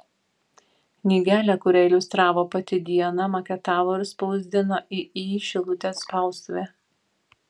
knygelę kurią iliustravo pati diana maketavo ir spausdino iį šilutės spaustuvė